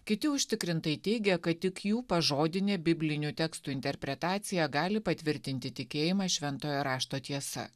kiti užtikrintai teigia kad tik jų pažodinė biblinių tekstų interpretacija gali patvirtinti tikėjimą šventojo rašto tiesa